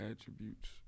attributes